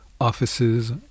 offices